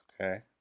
Okay